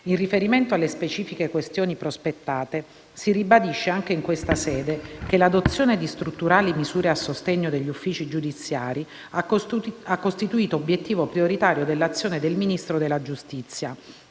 In riferimento alle specifiche questioni prospettate, si ribadisce, anche in questa sede, che l'adozione di strutturali misure a sostegno degli uffici giudiziari ha costituito obiettivo prioritario dell'azione del Ministro della giustizia,